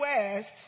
West